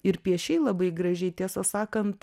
ir piešei labai gražiai tiesą sakant